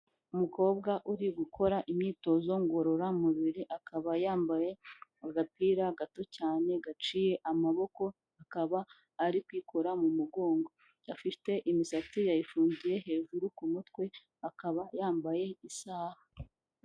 Umukobwa uri gukora imyitozo ngororamubiri akaba yambaye agapira gato cyane gaciye amaboko, akaba ari kwikora mu mugongo. Afite imisatsi yayifungiye hejuru ku mutwe, akaba yambaye isaha.